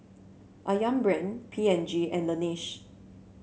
ayam Brand P and G and Laneige